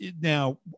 Now